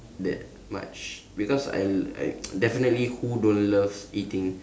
that much because I l~ I definitely who don't loves eating